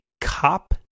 cop